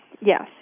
Yes